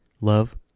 love